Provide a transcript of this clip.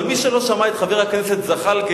אבל מי שלא שמע את חבר הכנסת זחאלקה,